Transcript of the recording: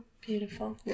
Beautiful